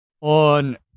on